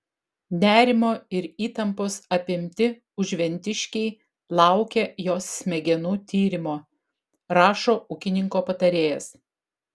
nerimo ir įtampos apimti užventiškiai laukia jos smegenų tyrimo rašo ūkininko patarėjas